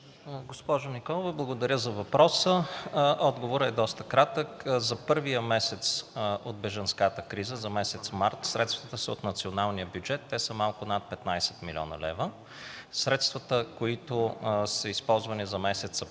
Госпожо Николова, благодаря за въпроса. Отговорът е доста кратък. За първия месец от бежанската криза, за месец март, средствата са от националния бюджет, те са малко над 15 млн. лв. Средствата, които са използвани за месец